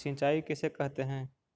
सिंचाई किसे कहते हैं?